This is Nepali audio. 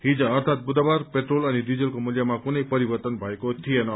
हिज अर्थात बुधबार पेट्रोल अनि डीजलको मूल्यमा कुनै परिवर्तन भएको थिएन